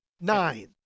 Nine